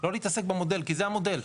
לא להתעסק במודל, כי זה המודל.